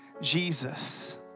Jesus